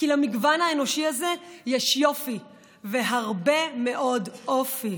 כי למגוון האנושי הזה יש יופי והרבה מאוד אופי.